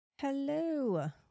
Hello